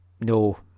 No